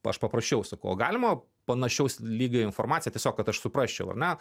aš paprašiau sakau o galima panašaus lygio informaciją tiesiog kad aš suprasčiau ar ne